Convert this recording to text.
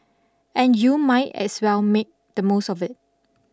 and you might as well make the most of it